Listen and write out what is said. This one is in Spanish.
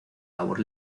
labor